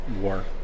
war